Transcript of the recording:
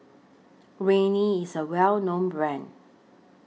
Rene IS A Well known Brand